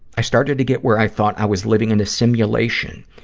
i started to get where i thought i was living in a simulation,